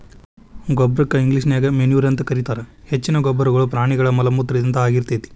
ಗೊಬ್ಬರಕ್ಕ ಇಂಗ್ಲೇಷನ್ಯಾಗ ಮೆನ್ಯೂರ್ ಅಂತ ಕರೇತಾರ, ಹೆಚ್ಚಿನ ಗೊಬ್ಬರಗಳು ಪ್ರಾಣಿಗಳ ಮಲಮೂತ್ರದಿಂದ ಆಗಿರ್ತೇತಿ